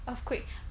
earthquake